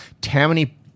tammany